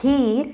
खीर